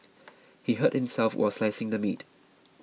he hurt himself while slicing the meat